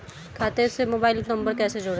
खाते से mobile number कैसे जोड़ें?